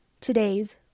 today's